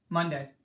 Monday